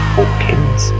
Hawkins